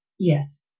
Yes